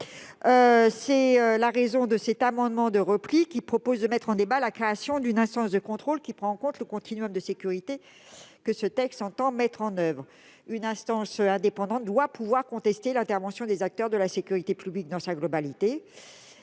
C'est la raison de cet amendement de repli, qui ouvre le débat sur la création d'une instance de contrôle du continuum de sécurité que ce texte entend mettre en oeuvre. Une instance indépendante doit pouvoir contester l'intervention des acteurs de la sécurité publique dans sa globalité.